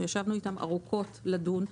אנחנו ישבנו איתם ארוכות על מנת לדון.